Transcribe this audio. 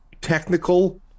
technical